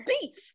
beef